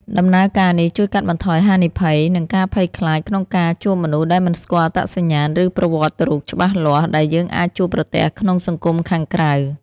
ដំណើរការនេះជួយកាត់បន្ថយហានិភ័យ និងការភ័យខ្លាចក្នុងការជួបមនុស្សដែលមិនស្គាល់អត្តសញ្ញាណ ឬប្រវត្តិរូបច្បាស់លាស់ដែលយើងអាចជួបប្រទះក្នុងសង្គមខាងក្រៅ។